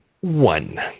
one